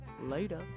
later